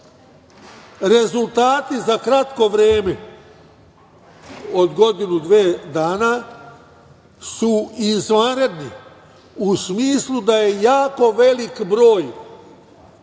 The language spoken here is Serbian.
selu. Rezultati za kratko vreme od godinu, dve dana su izvanredni u smislu da je jako velik broj